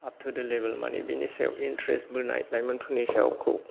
up to date level माने बिनि सायाव इनटारेस्ट बोनाय लाइमोनफोरनि सायावखौ